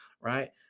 right